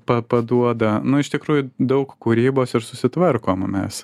pa paduoda nu iš tikrųjų daug kūrybos ir susitvarkom mes